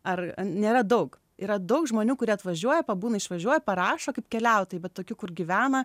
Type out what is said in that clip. ar nėra daug yra daug žmonių kurie atvažiuoja pabūna išvažiuoja parašo kaip keliaut tai bet tokių kur gyvena